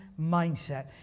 mindset